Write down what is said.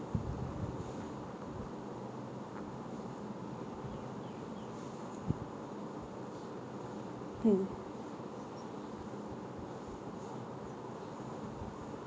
mm